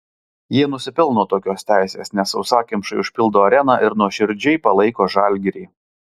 jie nusipelno tokios teisės nes sausakimšai užpildo areną ir nuoširdžiai palaiko žalgirį